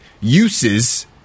uses